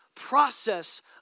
process